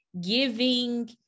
giving